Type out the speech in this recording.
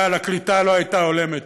אבל הקליטה לא הייתה הולמת,